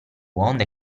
onde